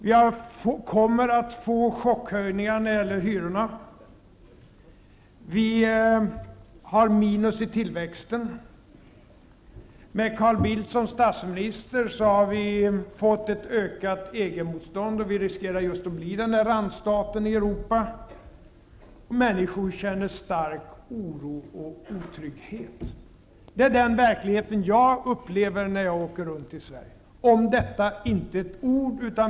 Vi kommer att få chockhöjningar när det gäller hyrorna. Vi har minus i tillväxt. Med Carl Bildt som statsminister har vi fått ett ökat EG-motstånd. Vi riskerar att bli en randstat i Europa. Människor känner stark oro och otrygghet. Det är den verklighet jag upplever när jag åker runt i Sverige. Om detta sade Carl Bildt inte ett ord.